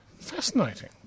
Fascinating